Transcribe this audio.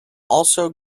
also